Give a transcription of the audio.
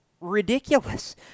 ridiculous